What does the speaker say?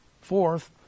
Fourth